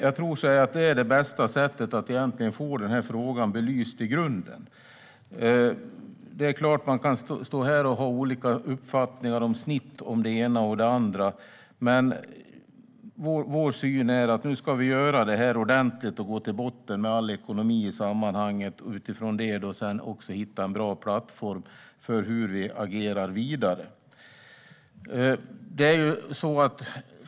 Jag tror att det är bästa sättet att få frågan belyst i grunden. Det är klart att man kan stå här och ha olika uppfattningar om snitt och om det ena och det andra, men vår syn är att nu ska vi göra det här ordentligt och gå till botten med all ekonomi i sammanhanget. Utifrån det ska vi också hitta en bra plattform för hur vi agerar vidare.